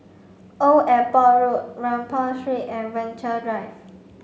Old Airport Road Rambau Street and Venture Drive